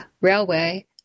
Railway